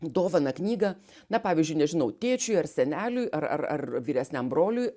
dovaną knygą na pavyzdžiui nežinau tėčiui ar seneliui ar ar ar vyresniam broliui